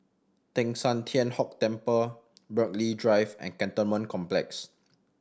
Teng San Tian Hock Temple Burghley Drive and Cantonment Complex